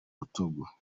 rutugu